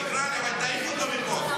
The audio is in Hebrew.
תקרא לי, אבל תעיף אותו מפה.